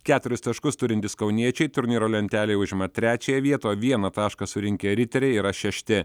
keturis taškus turintys kauniečiai turnyro lentelėje užima trečiąją vietą o vieną tašką surinkę riteriai yra šešti